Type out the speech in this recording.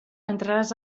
entraràs